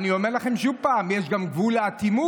אני אומר לכם שוב פעם: יש גם גבול לאטימות,